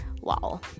wow